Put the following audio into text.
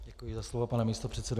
Děkuji za slovo, pane místopředsedo.